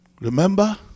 Remember